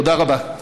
תודה רבה.